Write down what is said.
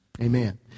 Amen